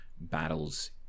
battles